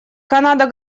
канада